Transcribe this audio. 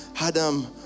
Adam